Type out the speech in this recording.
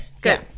Good